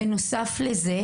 בנוסף לכך,